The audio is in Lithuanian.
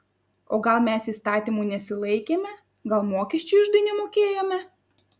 o gal mes įstatymų nesilaikėme gal mokesčių iždui nemokėjome